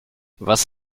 was